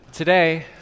Today